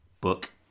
book